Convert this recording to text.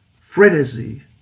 frenzy